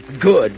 Good